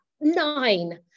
nine